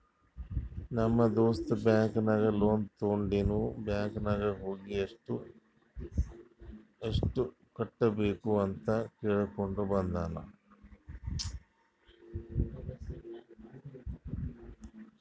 ನಮ್ ದೋಸ್ತ ಬ್ಯಾಂಕ್ ನಾಗ್ ಲೋನ್ ತೊಂಡಿನು ಬ್ಯಾಂಕ್ ನಾಗ್ ಹೋಗಿ ಇನ್ನಾ ಎಸ್ಟ್ ಕಟ್ಟಬೇಕ್ ಅಂತ್ ಕೇಳ್ಕೊಂಡ ಬಂದಾನ್